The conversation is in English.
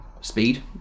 speed